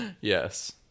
yes